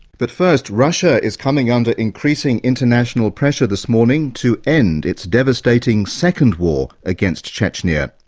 but first, russia is coming under increasing international pressure this morning to end its devastating second war against chechnya.